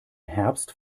herbst